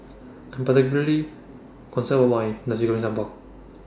I Am particularly concern about Nasi Goreng Sambal